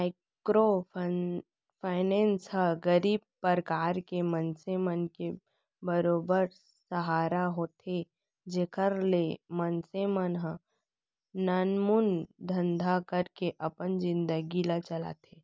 micro finance ह गरीब परवार के मनसे मन के बरोबर सहारा होथे जेखर ले मनसे मन ह नानमुन धंधा करके अपन जिनगी ल चलाथे